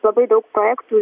labai daug projektų